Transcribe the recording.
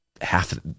half